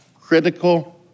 critical